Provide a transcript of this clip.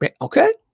Okay